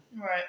Right